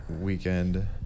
weekend